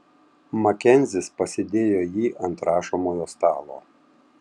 makenzis pasidėjo jį ant rašomojo stalo